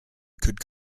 could